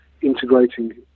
integrating